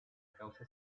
causa